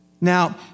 Now